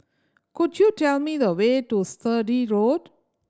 could you tell me the way to Sturdee Road